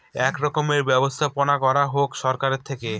এক রকমের ব্যবস্থাপনা করা হোক সরকার থেকে